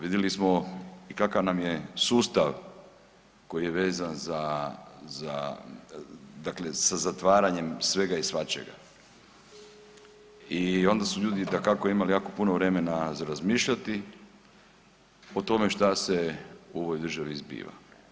Vidjeli smo i kakav nam je sustav koji je vezan za dakle sa zatvaranjem svega i svačega i onda su ljudi dakako imali jako puno vremena za razmišljati o tome što se u ovoj državi zbiva.